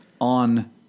on